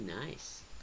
nice